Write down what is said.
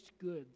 goods